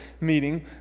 meeting